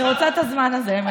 אני רוצה את הזמן הזה.